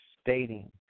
stating